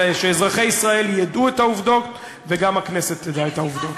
כדי שאזרחי ישראל ידעו את העובדות וגם הכנסת תדע את העובדות.